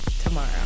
tomorrow